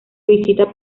visita